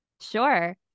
Sure